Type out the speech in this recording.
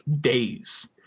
days